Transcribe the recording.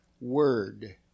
word